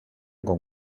con